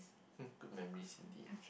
hm good memories indeed